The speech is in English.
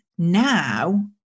Now